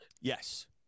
Yes